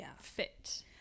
fit